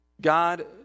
God